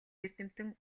эрдэмтэн